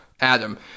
Adam